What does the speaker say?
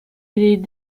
les